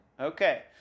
Okay